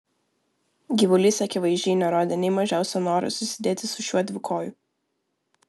gyvulys akivaizdžiai nerodė nė mažiausio noro susidėti su šiuo dvikoju